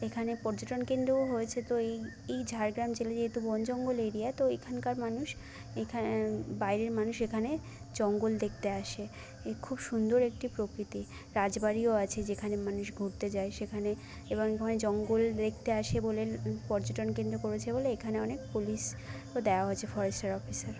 এখানে পর্যটন কেন্দ্রও হয়েছে তো এই এই ঝাড়গ্রাম জেলা যেহেতু বন জঙ্গল এরিয়া তো এখানকার মানুষ এখানে বাইরের মানুষ এখানে জঙ্গল দেখতে আসে খুব সুন্দর একটি প্রকৃতি রাজবাড়িও আছে যেখানে মানুষ ঘুরতে যায় সেখানে এবং এখানে জঙ্গল দেখতে আসে বলে পর্যটনকেন্দ্র করেছে বলে এখানে অনেক পুলিশও দেওয়া হয়েছে ফরেস্টের অফিসার